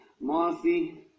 Mossy